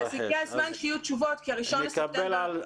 אז הגיע הזמן שיהיו תשובות כי הראשון לספטמבר עוד שבועיים.